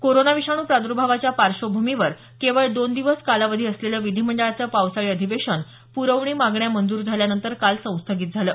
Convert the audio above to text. corona विषाणू प्रादुर्भावाच्या पार्श्वभूमीवर केवळ दोन दिवस कालावधी असलेलं विधीमंडळाचं पावसाळी अधिवेशन पुरवणी मागण्या मंजूर झाल्यानंतर काल संस्थगित झालं